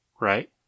right